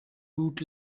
root